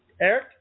Eric